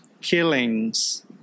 killings